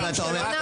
אני לא מבינה.